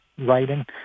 writing